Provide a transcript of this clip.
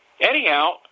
Anyhow